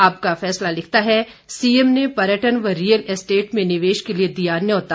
आपका फैसला लिखता है सीएम ने पर्यटन व रियल इस्टेट में निवेश के लिए दिया न्योता